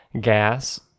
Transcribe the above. gas